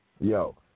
Yo